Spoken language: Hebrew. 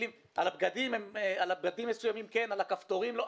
על בגדים מסוימים הם כן מטילים מכס הגנה אבל על הכפתורים לא.